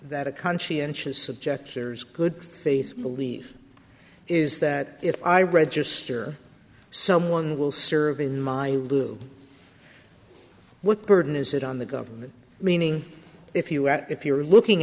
that a conscientious objectors good faith belief is that if i register someone will serve in my blue what burden is it on the government meaning if you are if you're looking